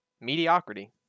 mediocrity